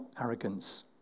arrogance